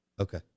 Okay